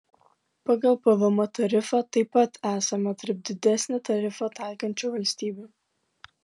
pagal pvm tarifą taip pat esame tarp didesnį tarifą taikančių valstybių